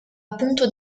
appunto